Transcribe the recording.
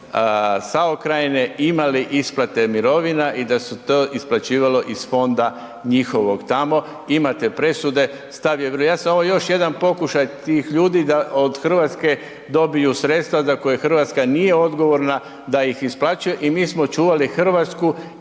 SAO Krajine imali isplate mirovina i da se to isplaćivalo iz fonda njihovog tamo, imate presude, stav je vrlo jasan, ovo je još jedan pokušaj tih ljudi da od Hrvatske dobiju sredstva za koje Hrvatska nije odgovorna da ih isplaćuje i mi smo čuvali Hrvatsku